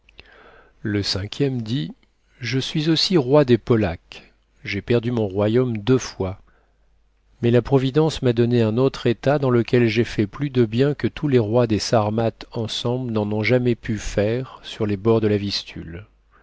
le cinquième dit je suis aussi roi des polaques j'ai perdu mon royaume deux fois mais la providence m'a donné un autre état dans lequel j'ai fait plus de bien que tous les rois des sarmates ensemble n'en ont jamais pu faire sur les bords de la vistule